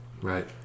Right